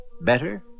better